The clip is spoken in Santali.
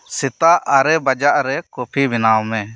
ᱥᱮᱛᱟᱜ ᱟᱨᱮ ᱵᱟᱡᱟᱜ ᱨᱮ ᱠᱚᱯᱷᱤ ᱵᱮᱱᱟᱣ ᱢᱮ